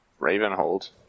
Ravenhold